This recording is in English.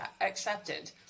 accepted